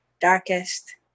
darkest